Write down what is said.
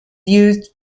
used